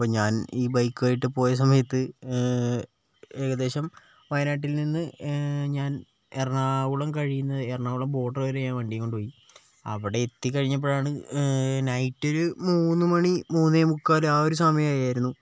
അപ്പം ഞാൻ ഈ ബൈക്കുമായിട്ട് പോയ സമയത്ത് ഏകദേശം വയനാട്ടിൽ നിന്ന് ഞാൻ എറണാകുളം കഴിയുന്ന എറണാകുളം ബോർഡർ വരെ ഞാൻ വണ്ടി കൊണ്ടു പോയി അവിടെ എത്തി കഴിഞ്ഞപ്പോഴാണ് നൈറ്റ് ഒരു മൂന്ന് മണി മൂന്നേ മുക്കാൽ ആ ഒരു സമയമായിരുന്നു